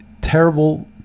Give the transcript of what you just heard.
terrible